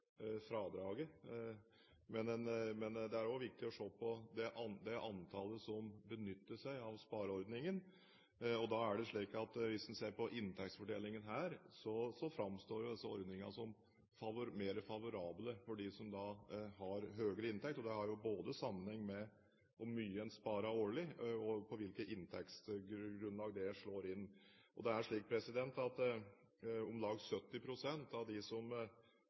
det antallet som benytter seg av spareordningen. Og da er det slik at hvis en ser på inntektsfordelingen her, så framstår disse ordningene som mer favorable for dem som har høyere inntekt. Det har sammenheng med både hvor mye en sparer årlig, og på hvilket inntektsgrunnlag det slår inn. Det er slik at om lag 70 pst. av dem som